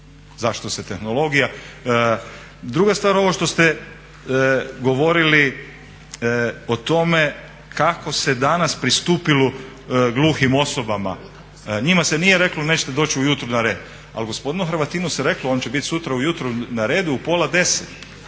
zašto se tehnologija. Druga stvar ovo što ste govorili o tome kako se danas pristupilo gluhim osobama. Njima se nije reklo nećete doći u jutro na red, ali gospodinu Hrvatinu se reklo on će biti sutra ujutro na redu u pola deset,